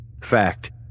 Fact